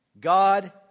God